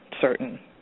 certain